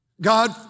God